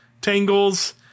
tangles